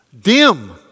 dim